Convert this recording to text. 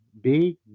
big